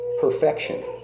perfection